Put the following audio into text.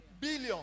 billion